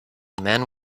men